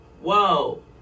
whoa